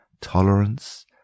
tolerance